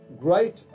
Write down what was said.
great